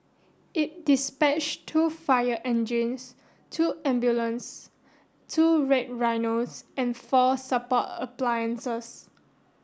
it dispatched two fire engines two ambulance two Red Rhinos and four support appliances